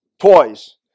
toys